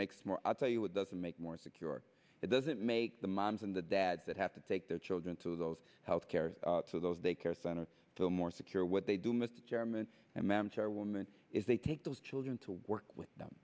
makes more i'll tell you it doesn't make more secure it doesn't make the moms and dads that have to take their children to those health care to those daycare centers to more secure what they do mr chairman and members are women if they take those children to work with them